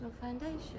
foundation